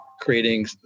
creating